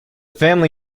family